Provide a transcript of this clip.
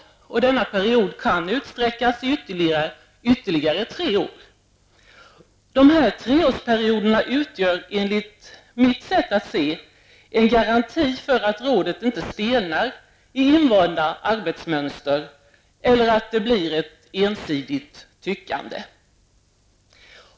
Denna period kan utsträckas till ytterligare tre år. De treårsperioderna utgör enligt mitt sätt att se en garanti för att rådet inte stelnar i invanda arbetsmönster eller att det blir ett ensidigt tyckande.